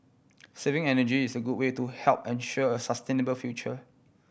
saving energy is a good way to help ensure a sustainable future